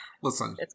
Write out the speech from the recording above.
Listen